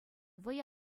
вӑйӑ